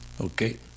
Okay